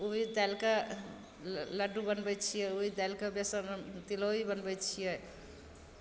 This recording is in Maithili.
दालिके लड्डू बनबै छियै दालिके बेसन तिलौरी बनबै छियै